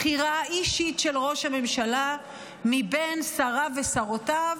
בחירה אישית של ראש הממשלה מבין שריו ושרותיו,